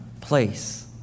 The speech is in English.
place